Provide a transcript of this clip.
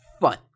fun